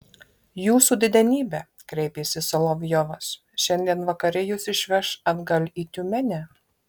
jūsų didenybe kreipėsi solovjovas šiandien vakare jus išveš atgal į tiumenę